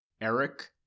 Eric